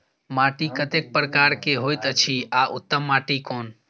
माटी कतेक प्रकार के होयत अछि आ उत्तम माटी कोन?